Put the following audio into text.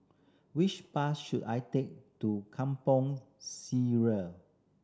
which bus should I take to Kampong Sireh